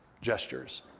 gestures